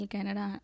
Canada